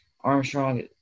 Armstrong –